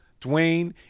Dwayne